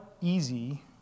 easy